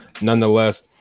Nonetheless